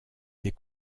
des